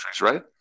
right